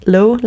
Low